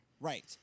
Right